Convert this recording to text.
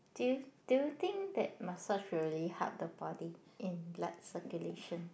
do you do you think that massage really help the body in blood circulation